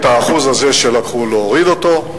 את ה-1% הזה שלקחו, להוריד אותו.